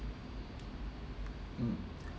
mm